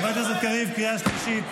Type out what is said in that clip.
אתם תקבלו הודעה מראש.